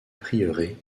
prieuré